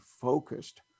focused